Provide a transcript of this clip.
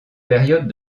période